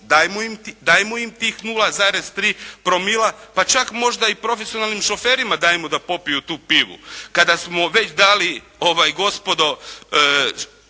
dajmo im tih 0,3 promila pa čak možda i profesionalnim šoferima dajmo da popiju tu pivu. Kada smo već dali gospodo